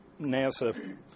NASA